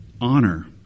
honor